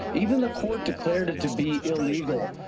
even the court declared it to be illegal.